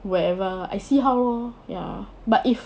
wherever I see how lor ya but if